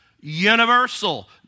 universal